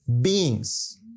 beings